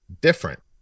different